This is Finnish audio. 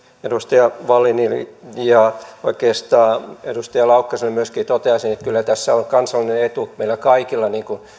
edustaja wallinille ja oikeastaan myöskin edustaja laukkaselle toteaisin että kyllä tässä on kansallinen etu meillä kaikilla